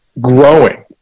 growing